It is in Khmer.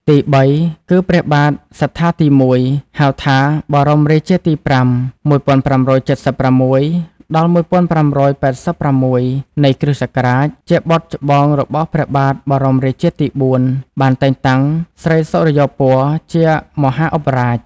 ទីបីគឺ ព្រះបាទសត្ថាទី១ ហៅថា បរមរាជាទី៥ ឆ្នាំ ១៥៧៦-១៥៨៦ នៃគ្រិស្តសករាជ ជាបុត្រច្បងរបស់ព្រះបាទបរមរាជាទី៤ បានតែងតាំងស្រីសុរិយោពណ៌ជាមហាឧបរាជ។